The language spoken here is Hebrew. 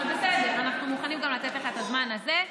אבל בסדר, אנחנו מוכנים גם לתת לך את הזמן הזה.